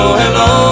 hello